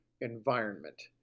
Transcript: environment